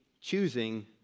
choosing